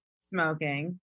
smoking